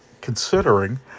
considering